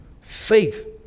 Faith